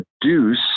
produce